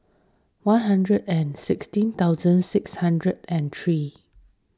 one hundred and sixteen thousand six hundred and three